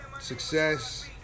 Success